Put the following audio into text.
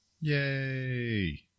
Yay